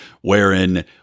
wherein